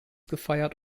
gefeiert